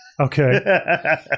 Okay